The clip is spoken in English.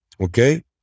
Okay